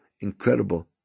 incredible